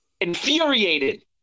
infuriated